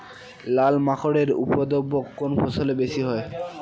লাল মাকড় এর উপদ্রব কোন ফসলে বেশি হয়?